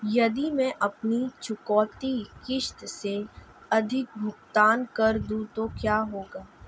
यदि मैं अपनी चुकौती राशि से अधिक भुगतान कर दूं तो क्या होगा?